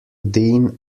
dean